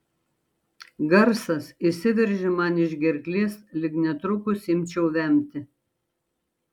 garsas išsiveržė man iš gerklės lyg netrukus imčiau vemti